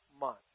month